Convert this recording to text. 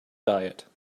diet